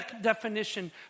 definition